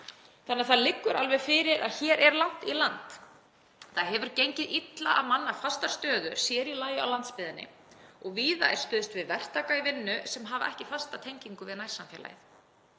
þannig að það liggur alveg fyrir að hér er langt í land. Það hefur gengið illa að manna fastar stöður, sér í lagi á landsbyggðinni, og víða er stuðst við verktaka í vinnu sem hafa ekki fasta tengingu við nærsamfélagið.